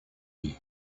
you